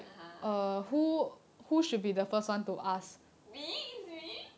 (uh huh) me is me